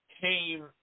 came –